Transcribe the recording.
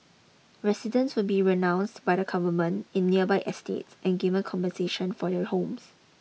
residents will be renounced by the government in nearby estates and given compensation for their homes